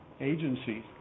agencies